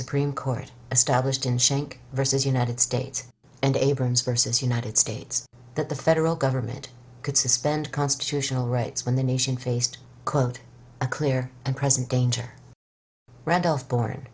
supreme court established in shank versus united states and abrams versus united states that the federal government could suspend constitutional rights when the nation faced quote a clear and present danger randolph bourn